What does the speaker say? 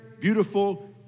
beautiful